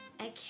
Okay